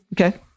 Okay